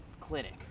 clinic